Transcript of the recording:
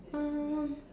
um